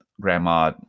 Grandma